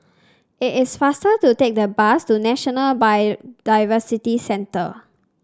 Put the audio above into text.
it is faster to take the bus to National Biodiversity Centre